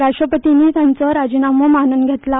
राश्ट्रपतींनी तांचो राजीनामो मानून घेतला